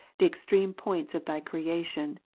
the extreme points of thy creation!